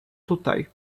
tutaj